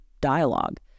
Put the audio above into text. dialogue